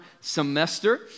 semester